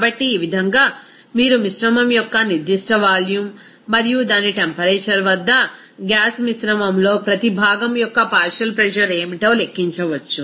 కాబట్టి ఈ విధంగా మీరు మిశ్రమం యొక్క నిర్దిష్ట వాల్యూమ్ మరియు దాని టెంపరేచర్ వద్ద గ్యాస్ మిశ్రమంలో ప్రతి భాగం యొక్క పార్షియల్ ప్రెజర్ ఏమిటో లెక్కించవచ్చు